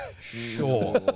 sure